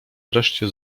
wreszcie